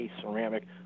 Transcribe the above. ceramic